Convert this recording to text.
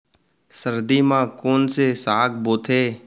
सर्दी मा कोन से साग बोथे?